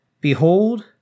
Behold